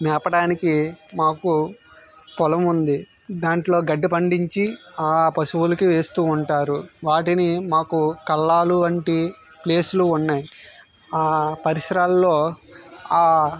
మేపడానికి మాకు పొలం ఉంది దాంట్లో గడ్డి పండించి ఆ పశువులకి వేస్తూ ఉంటారు వాటిని మాకు కల్లాలు వంటి ప్లేస్లు ఉన్నాయి ఆ పరిసరాల్లో